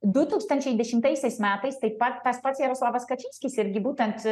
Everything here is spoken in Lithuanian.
du tūkstančiai dešimtaisiais metais taip pat tas pats jaroslavas kačinskis irgi būtent